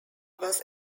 was